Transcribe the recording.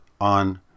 on